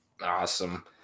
Awesome